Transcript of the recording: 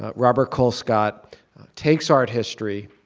ah robert colescott takes art history,